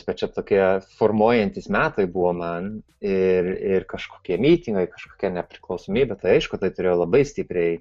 bet čia tokie formuojantys metai buvo man ir ir kažkokie mitingai kažkokia nepriklausomybė tai aišku tai turėjo labai stipriai